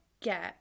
get